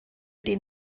den